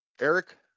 eric